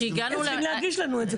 כי צריכים להגיש לנו את זה.